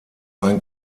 ein